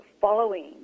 following